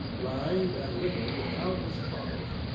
lined and littered with countless bottles.